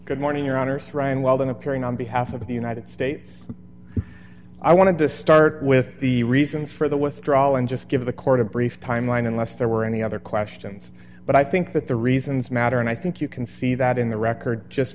good morning your honour's ryan well then appearing on behalf of the united states i want to start with the reasons for the withdrawal and just give the court a brief timeline unless there were any other questions but i think that the reasons matter and i think you can see that in the record just